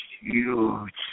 huge